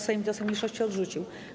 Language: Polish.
Sejm wniosek mniejszości odrzucił.